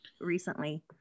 recently